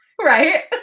Right